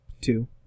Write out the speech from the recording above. Two